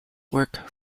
work